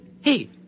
Hey